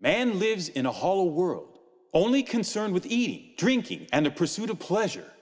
man lives in a whole world only concerned with eating drinking and the pursuit of pleasure